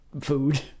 food